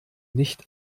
nicht